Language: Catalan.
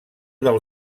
del